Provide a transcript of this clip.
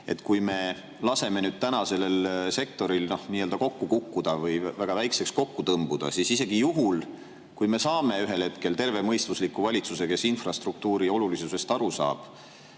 Kui me laseme täna sellel sektoril kokku kukkuda või väga väikeseks kokku tõmbuda, siis isegi juhul, kui me saame ühel hetkel terve mõistusega valitsuse, kes infrastruktuuri olulisusest aru saab,